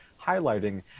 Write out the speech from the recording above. highlighting